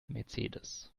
mercedes